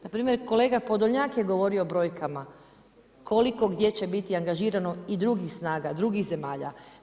Na primjer kolega Podolnjak je govorio o brojkama koliko gdje će biti angažirano i drugih snaga, drugih zemalja.